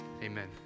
Amen